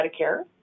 Medicare